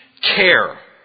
care